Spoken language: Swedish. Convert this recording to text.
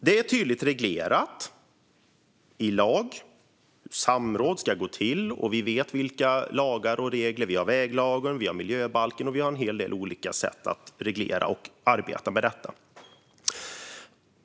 Det är tydligt reglerat i lag hur samråd ska gå till, och vi vet vilka lagar och regler som gäller - vi har väglagen, miljöbalken och en hel del olika sätt att reglera och arbeta med detta.